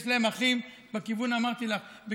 יש להם אחים בכיוון מערב,